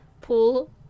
pool